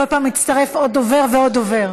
כל פעם מתווסף עוד דובר ועוד דובר.